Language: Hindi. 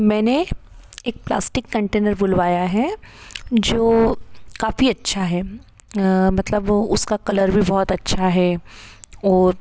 मैंने एक प्लास्टिक कंटेनर बुलवाया है जो काफ़ी अच्छा है मतलब उसका कलर भी बहुत अच्छा है और